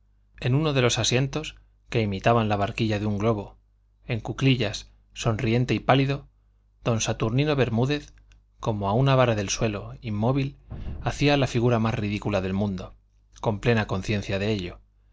en uno de los asientos que imitaban la barquilla de un globo en cuclillas sonriente y pálido don saturnino bermúdez como a una vara del suelo inmóvil hacía la figura más ridícula del mundo con plena conciencia de ello